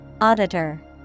Auditor